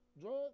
drugs